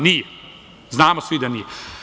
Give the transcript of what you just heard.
Nije, znamo svi da nije.